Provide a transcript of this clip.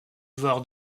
joueur